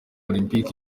olempike